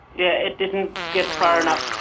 yeah it didn't get far enough.